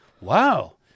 Wow